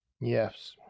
Yes